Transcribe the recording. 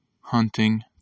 hunting